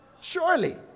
Surely